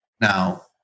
now